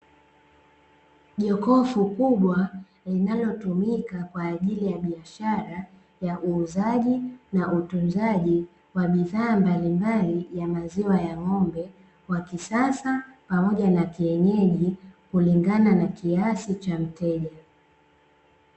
Jokofu kubwa linalotumika kwa ajili ya biashara ya uuzaji na utunzaji wa bidhaa mbalimbali ya maziwa ya ng'ombe wa kisasa ,pamoja na kienyeji kulingana na kiasi cha mteja.